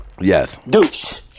Yes